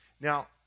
Now